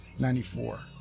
94